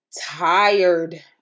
tired